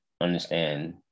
understand